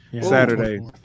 Saturday